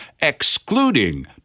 excluding